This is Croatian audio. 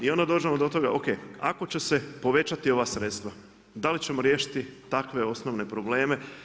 I onda dođemo do toga o.k., ako će se povećati ova sredstva da li ćemo riješiti takve osnovne probleme.